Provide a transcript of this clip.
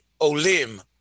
olim